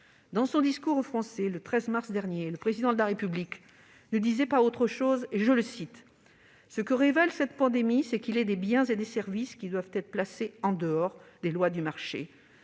Dans son discours aux Français du 13 mars dernier, le Président de la République ne disait pas autre chose :« Ce que révèle cette pandémie, c'est qu'il est des biens et des services qui doivent être placés en dehors des lois du marché.